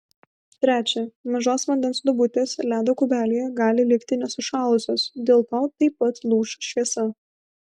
trečia mažos vandens duobutės ledo kubelyje gali likti nesušalusios dėl to taip pat lūš šviesa